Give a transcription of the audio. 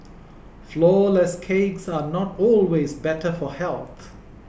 Flourless Cakes are not always better for health